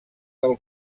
del